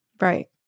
Right